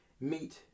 meet